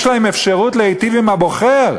יש להם אפשרות להיטיב עם הבוחר,